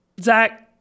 Zach